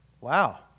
Wow